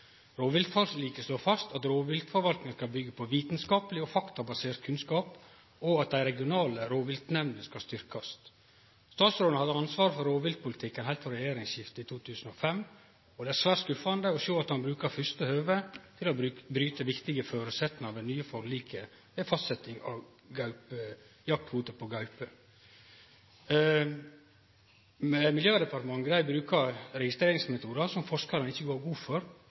fast at rovviltforvaltinga skal byggje på vitskapleg og faktabasert kunnskap, og at dei regionale rovviltnemndene skal styrkjast. Statsråden har hatt ansvaret for rovviltpolitikken heilt frå regjeringsskiftet i 2005, og det er svært skuffande å sjå at han brukar første høvet til å bryte viktige føresetnader for det nye forliket ved fastsetjing av jaktkvote på gaupe. Miljøverndepartementet brukar registreringmetodar som forskarane ikkje går gode for